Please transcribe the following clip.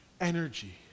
energy